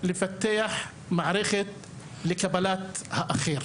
לפתח מערכת לקבלת האחר.